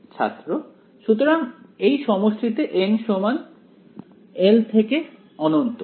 ছাত্র সুতরাং এই সমষ্টিতে n সমান 1 থেকে অনন্ত